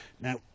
Now